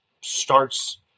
starts